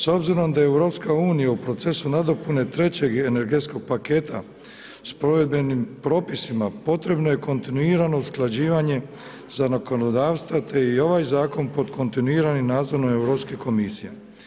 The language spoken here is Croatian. S obzirom da je EU u procesu nadopune trećeg energetskog paketa, sa provedbenim propisima, potrebno je kontinuirano usklađivanje zakonodavstva, te i ovaj zakon pod kontinuirani nadzor nad Europske komisije.